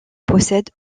possède